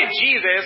Jesus